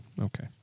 Okay